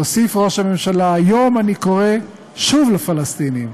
והוסיף ראש הממשלה: היום אני קורא שוב לפלסטינים